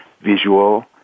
visual